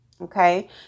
Okay